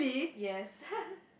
yes